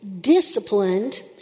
disciplined